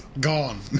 Gone